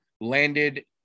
landed